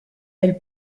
elle